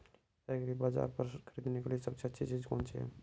एग्रीबाज़ार पर खरीदने के लिए सबसे अच्छी चीज़ कौनसी है?